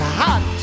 hot